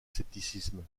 scepticisme